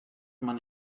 man